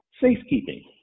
Safekeeping